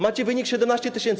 Macie wynik 17 tys.